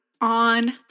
on